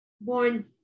born